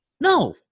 No